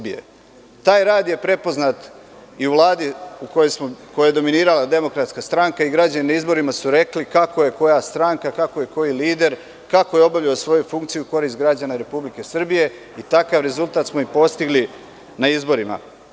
Taj rad je prepoznat i u Vladi u kojoj je dominirala DS i građani su na izborima rekli kako je koja stranka, kako je koji lider obavljao svoju funkciju u korist građana Republike Srbije i takav rezultat smo i postigli na izborima.